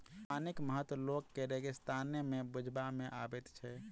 पानिक महत्व लोक के रेगिस्ताने मे बुझबा मे अबैत छै